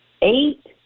eight